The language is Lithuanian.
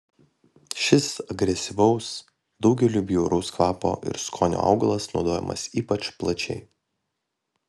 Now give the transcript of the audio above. šis agresyvaus daugeliui bjauraus kvapo ir skonio augalas naudojamas ypač plačiai